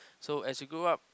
so as you grow up